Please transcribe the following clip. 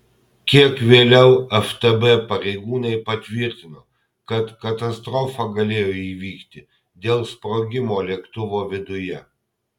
kiek vėliau ftb pareigūnai patvirtino kad katastrofa galėjo įvykti dėl sprogimo lėktuvo viduje